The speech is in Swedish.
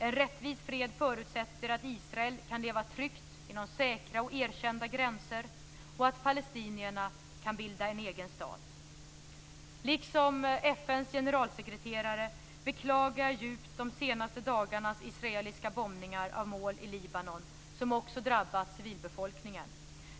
En rättvis fred förutsätter att Israel kan leva tryggt inom säkra och erkända gränser och att palestinierna kan bilda en egen stat. Liksom FN:s generalsekreterare beklagar jag djupt de senaste dagarnas israeliska bombningar av mål i Libanon, som också drabbat civilbefolkningen.